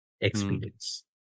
experience